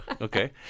okay